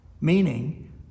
meaning